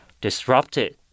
disrupted